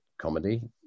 Comedy